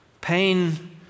pain